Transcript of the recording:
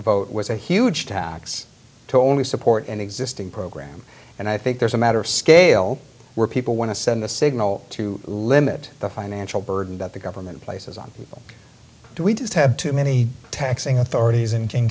vote was a huge tax to only support an existing program and i think there's a matter of scale where people want to send a signal to limit the financial burden that the government places on people do we just have too many taxing authorities in king